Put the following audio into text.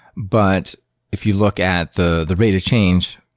but if you look at the the rate of change,